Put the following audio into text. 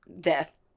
Death